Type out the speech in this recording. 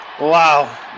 Wow